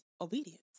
obedience